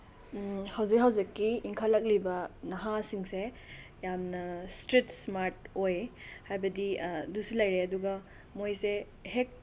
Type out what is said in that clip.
ꯍꯧꯖꯤꯛ ꯍꯧꯖꯤꯛꯀꯤ ꯏꯟꯈꯠꯂꯛꯂꯤꯕ ꯅꯍꯥꯁꯤꯡꯁꯦ ꯌꯥꯝꯅ ꯏꯁꯇ꯭ꯔꯤꯁ ꯏꯁꯃꯥꯔꯠ ꯑꯣꯏ ꯍꯥꯏꯕꯗꯤ ꯑꯗꯨꯁꯨ ꯂꯩꯔꯦ ꯑꯗꯨꯒ ꯃꯣꯏꯁꯦ ꯍꯦꯛ